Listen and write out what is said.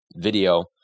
video